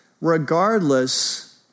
regardless